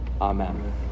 Amen